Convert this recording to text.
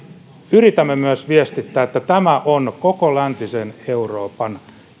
yritämme myös viestittää että tämä on koko läntisen euroopan